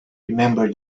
remember